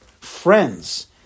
friends